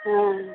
ହଁ